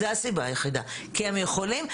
זו הסיבה היחידה, כי הם יכולים.